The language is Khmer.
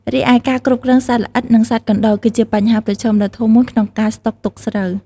រីឯការគ្រប់គ្រងសត្វល្អិត និងសត្វកណ្ដុរ គឺជាបញ្ហាប្រឈមដ៏ធំមួយក្នុងការស្តុកទុកស្រូវ។